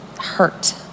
hurt